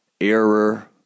error